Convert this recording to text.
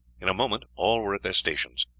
in a moment all were at their stations.